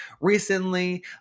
Recently